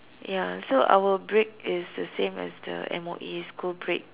ya so our break is the same as the M_O_E school break